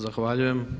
Zahvaljujem.